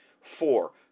Four